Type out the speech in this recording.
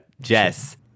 Jess